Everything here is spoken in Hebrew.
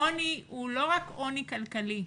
העוני הוא לא רק עוני כלכלי.